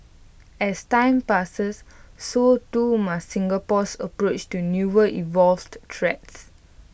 as time passes so too must Singapore's approach to newer evolved threats